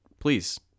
please